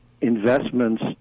investments